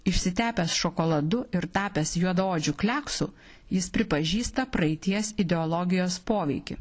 išsitepęs šokoladu ir tapęs juodaodžių kliaksu jis pripažįsta praeities ideologijos poveikį